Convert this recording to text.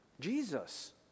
Jesus